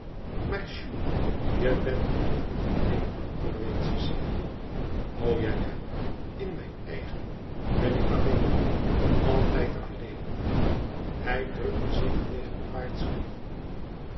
je bent nu toch niet alleen verweet cecile o ja ja in mijn eigen ben ik alleen altijd alleen hij drukte zich tegen quaerts knie